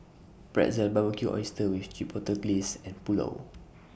Pretzel Barbecued Oysters with Chipotle Glaze and Pulao